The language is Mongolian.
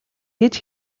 гэж